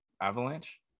avalanche